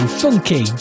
funky